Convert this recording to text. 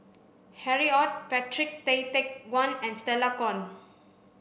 Harry Ord Patrick Tay Teck Guan and Stella Kon